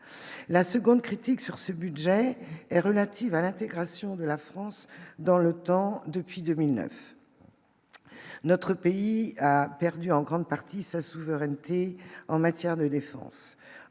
la seconde critique sur ce budget est relative à l'intégration de la France dans l'Otan depuis 2009, notre pays a perdu en grande partie sa souveraineté en matière de défense,